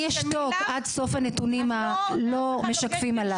אני אשתוק, עד סוף הנתונים הלא משקפים הללו.